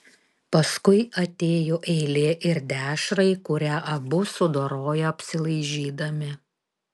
paskui atėjo eilė ir dešrai kurią abu sudorojo apsilaižydami